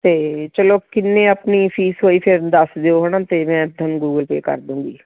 ਅਤੇ ਚਲੋ ਕਿੰਨੇ ਆਪਣੀ ਫੀਸ ਹੋਈ ਫੇਰ ਦੱਸ ਦਿਓ ਹੈ ਨਾ ਅਤੇ ਮੈਂ ਤੁਹਾਨੂੰ ਗੂਗਲ ਪੇ ਕਰ ਦਊਂਗੀ